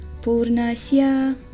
Purnasya